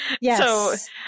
yes